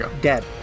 Dead